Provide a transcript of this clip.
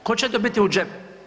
Tko će dobiti u džep?